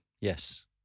Yes